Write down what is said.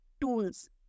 tools